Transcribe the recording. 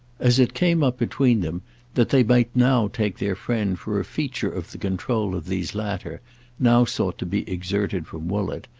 as it came up between them that they might now take their friend for a feature of the control of these latter now sought to be exerted from woollett,